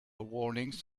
warnings